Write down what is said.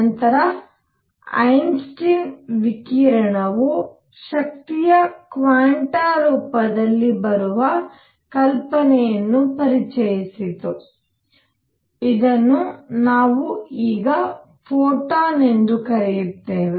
ನಂತರ ಐನ್ಸ್ಟೈನ್ ವಿಕಿರಣವು ಶಕ್ತಿಯ ಕ್ವಾಂಟಾ ರೂಪದಲ್ಲಿ ಬರುವ ಕಲ್ಪನೆಯನ್ನು ಪರಿಚಯಿಸಿತು ಇದನ್ನು ನಾವು ಈಗ ಫೋಟಾನ್ ಎಂದು ಕರೆಯುತ್ತೇವೆ